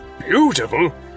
Beautiful